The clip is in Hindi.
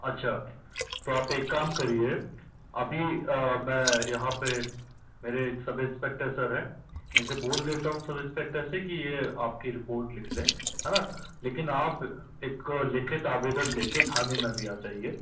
अच्छा तो आप एक काम करिए अभी मैं यहां पे मेरे सब इंस्पेक्टर सर है इनसे बोल देता हूं सब इंस्पेक्टर से की ये आपकी रिपोर्ट लिख ले है ना हाँ लेकिन आप एक लिखित आवेदन लेके थाने में भी आ जाइए